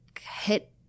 hit